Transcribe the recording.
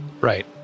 Right